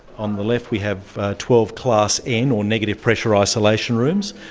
on the left we have twelve class n or negative pressure isolation rooms,